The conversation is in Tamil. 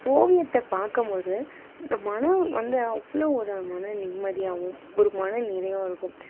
ஓவியத்தை பார்க்கம் போது இந்த மனம் வந்து அவ்வளோ ஒரு மன நிம்மதியாகவும் ஒரு மன நிறைவாக இருக்கும்